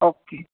okay